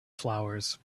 flowers